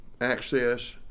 access